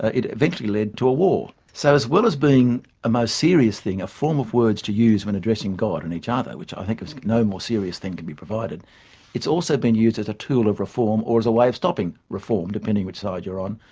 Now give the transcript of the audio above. it eventually led to a war. so as well as being a most serious thing, a form of words to use when addressing god and each other which i think is, no more serious thing can be provided it's also been used as a tool of reform or as a way of stopping reform, depending which side you're on,